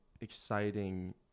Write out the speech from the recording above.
exciting